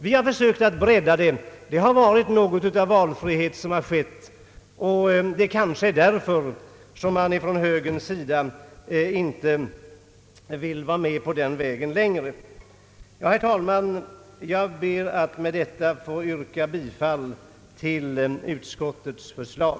Vi har försökt att bredda det hela, och det har varit något av valfrihet som har kunnat erbjudas. Det är kanske därför som högern nu inte vill vara med på den vägen längre. Herr talman! Jag ber att få yrka bifall till utskottets förslag.